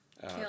kill